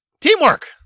teamwork